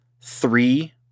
three